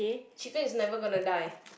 chicken is never gonna die